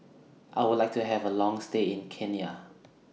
I Would like to Have A Long stay in Kenya